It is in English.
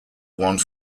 one